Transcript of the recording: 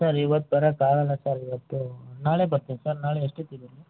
sir ಇವತ್ತು ಬರಕ್ಕಾಗಲ್ಲ sir ಇವತ್ತು ನಾಳೆ ಬರ್ತೀನಿ ಸರ್ ನಾಳೆ ಎಷ್ಟೊತ್ತಿಗೆ ಬರಲಿ